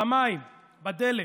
במים, בדלק,